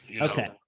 okay